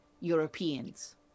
Europeans